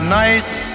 nice